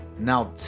Now